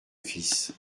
fils